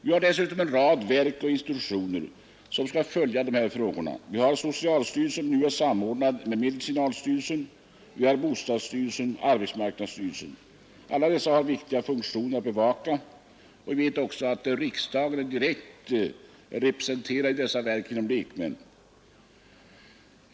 Vi har dessutom en rad verk och institutioner som skall följa de här frågorna: socialstyrelsen, som nu är samordnad med medicinalstyrelsen, samt bostadsstyrelsen och arbetsmarknadsstyrelsen. Alla dessa har viktiga funktioner att bevaka, och riksdagen är ju direkt representerad i dessa verk genom lekmän.